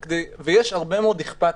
יש הרבה מאוד אנשים אכפתיים,